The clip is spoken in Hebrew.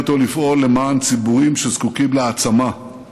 אותו לפעול למען ציבורים שזקוקים להעצמה,